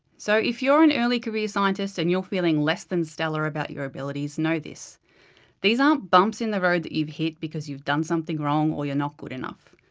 so if you're an early career scientist and you're feeling less-than-stellar about your abilities, know this these aren't bumps in the road that you've hit because you've done something wrong or you're not good enough.